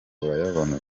urayabona